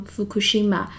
Fukushima